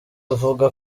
avuga